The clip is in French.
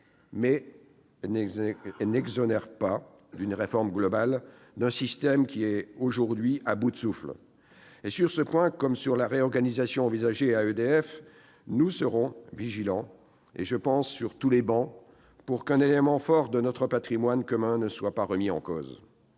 Elle n'exonère pas d'une réforme globale d'un système qui est aujourd'hui à bout de souffle. Sur ce point comme sur la réorganisation envisagée d'EDF, nous serons vigilants, je pense, sur toutes les travées, pour qu'un élément fort de notre patrimoine commun ne soit pas remis en cause.